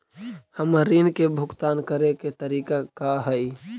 हमर ऋण के भुगतान करे के तारीख का हई?